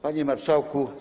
Panie Marszałku!